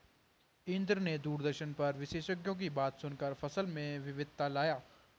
इंद्र ने दूरदर्शन पर विशेषज्ञों की बातें सुनकर फसल में विविधता लाया